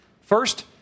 First